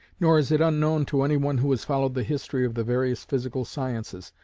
nor is it unknown to any one who has followed the history of the various physical sciences,